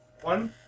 One